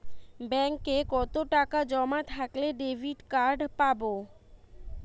ব্যাঙ্কে কতটাকা জমা থাকলে ডেবিটকার্ড পাব?